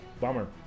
Bummer